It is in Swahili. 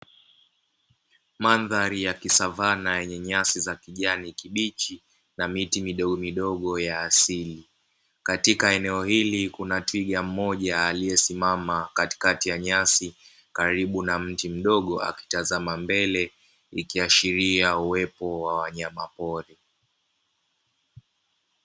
Mandhari ya kisavana yenye nyasi za rangi ya kijani kibichi na miti midogomidogo ya asili, katika eneo hili kuna twiga mmoja aliyesimama katikati ya nyasi, karibu na mti mdogo akitazama mbele ikiashiria uwepo wa wanyama pori.